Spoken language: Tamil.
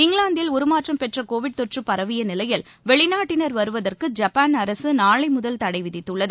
இங்கிலாந்தில் உருமாற்றம் பெற்ற கோவிட் தொற்று பரவிய நிலையில் வெளிநாட்டினர் வருவதற்கு ஜப்பான் அரசு நாளை முதல் தடை விதித்துள்ளது